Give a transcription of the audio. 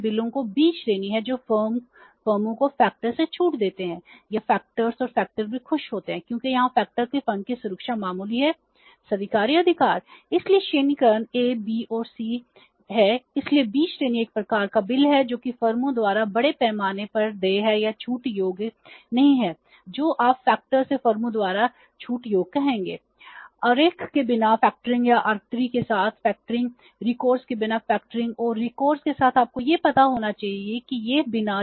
bill factor के fund की सुरक्षा मामूली है स्वीकार्य अधिकार